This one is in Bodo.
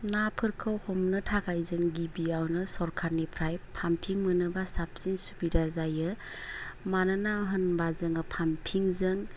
नाफोरखौ हमनो थाखाय जों गिबियावनो सरकारनिफ्राय पामपिं मोनोबा साबसिन सुबिदा जायो मानोना होमबा जों पामपिंजों